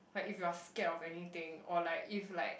like if you're scared of anything or like if like